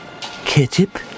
Ketchup